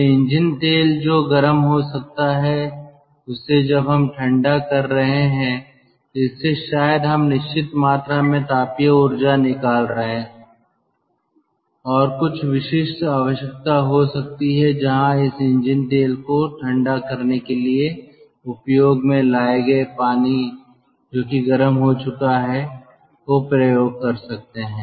तो इंजन तेल जो गर्म हो जाता है उसे जब हम ठंडा कर रहे हैं तो इससे शायद हम निश्चित मात्रा में तापीय ऊर्जा निकाल सकते हैं और कुछ विशिष्ट आवश्यकता हो सकती है जहां इस इंजन तेल को ठंडा करने के लिए उपयोग में लाए गए पानी जो कि गर्म हो चुका है वह प्रयोग कर सकते हैं